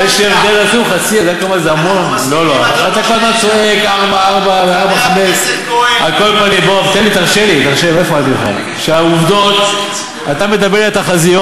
3.9%. יש הבדל עצום.